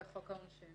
וחוק העונשין.